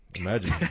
Imagine